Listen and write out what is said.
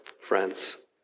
friends